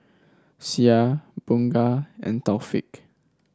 Syah Bunga and Taufik